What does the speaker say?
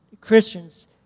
Christians